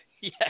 Yes